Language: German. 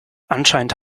anscheinend